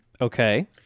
okay